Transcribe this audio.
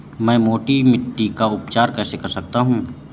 मैं मोटी मिट्टी का उपचार कैसे कर सकता हूँ?